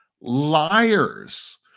liars